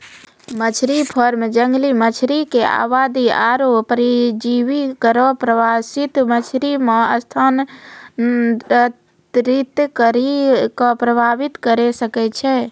मछरी फार्म जंगली मछरी क आबादी आरु परजीवी केरो प्रवासित मछरी म स्थानांतरित करि कॅ प्रभावित करे सकै छै